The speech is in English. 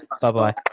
Bye-bye